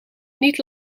niet